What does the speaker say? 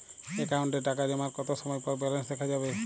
অ্যাকাউন্টে টাকা জমার কতো সময় পর ব্যালেন্স দেখা যাবে?